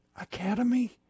Academy